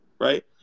Right